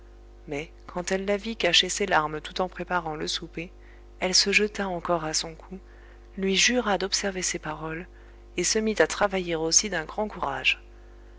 mais quand elle la vit cacher ses larmes tout en préparant le souper elle se jeta encore à son cou lui jura d'observer ses paroles et se mit à travailler aussi d'un grand courage